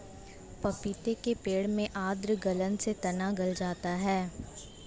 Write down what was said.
पपीते के पेड़ में आद्र गलन से तना गल जाता है